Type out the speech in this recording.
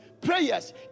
prayers